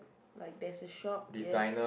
like there's a shop yes